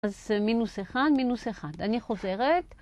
אז זה מינוס אחד, מינוס אחד. אני חוזרת.